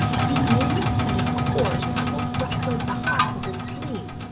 he knew that of course old roughleg the hawk was asleep,